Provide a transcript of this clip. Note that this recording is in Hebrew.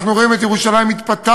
אנחנו רואים את ירושלים מתפתחת,